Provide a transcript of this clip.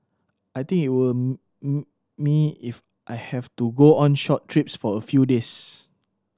I think it will me if I have to go on short trips for a few days